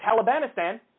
Talibanistan